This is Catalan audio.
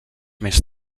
més